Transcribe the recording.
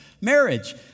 Marriage